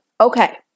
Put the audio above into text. Okay